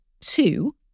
two